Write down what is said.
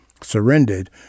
surrendered